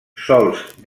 sols